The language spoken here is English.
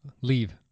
Leave